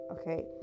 okay